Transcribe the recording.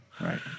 Right